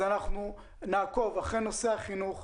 אנחנו נעקוב אחרי נושא החינוך,